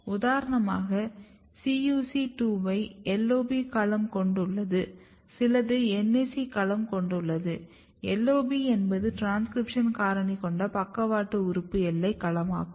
உதாரணமாக CUC2 அவை LOB களம் கொண்டுள்ளது சிலது NAC களம் கொண்டுள்ளது LOB என்பது டிரான்ஸ்கிரிப்ஷன் காரணி கொண்ட பக்கவாட்டு உறுப்பு எல்லை களமாகும்